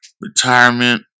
retirement